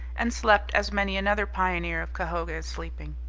and slept as many another pioneer of cahoga is sleeping.